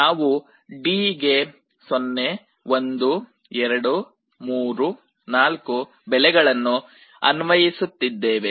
ನಾವು D ಗೆ 0 1 2 3 4 ಬೆಲೆಗಳನ್ನು ಅನ್ವಯಿಸುತ್ತಿದ್ದೇವೆ